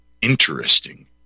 interesting